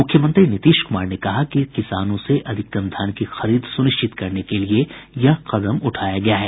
मुख्यमंत्री नीतीश कुमार ने कहा कि किसानों से अधिकतम धान की खरीद सुनिश्चित करने के लिए यह कदम उठाया गया है